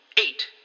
Eight